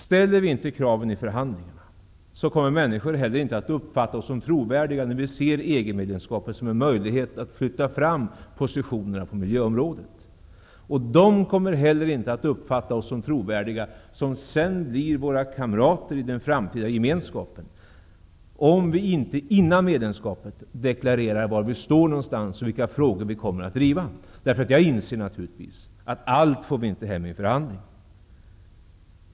Ställs inte kraven redan i förhandlingarna kommer människor inte heller att uppfatta oss som trovärdiga, när vi säger att vi ser EG-medlemskapet som en möjlighet att flytta fram positionerna på miljöområdet. Våra kamrater i den framtida gemenskapen kommer inte heller att uppfatta oss som trovärdiga om vi inte före medlemskapets ingående deklarerar var vi står någonstans och vilka frågor som vi kommer att driva. Jag inser naturligtvis att vi inte får igenom allt i förhandlingarna.